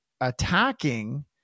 attacking